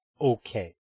okay